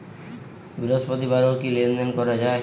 বৃহস্পতিবারেও কি লেনদেন করা যায়?